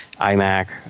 iMac